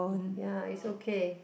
ya it's okay